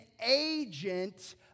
agent